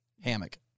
Hammock